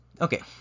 Okay